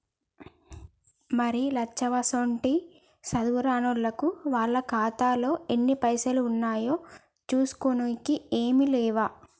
మరి లచ్చవ్వసోంటి సాధువు రానిల్లకు వాళ్ల ఖాతాలో ఎన్ని పైసలు ఉన్నాయో చూసుకోనికే ఏం లేవు